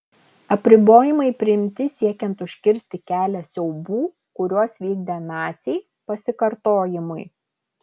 apribojimai priimti siekiant užkirsti kelią siaubų kuriuos vykdė naciai pasikartojimui